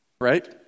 right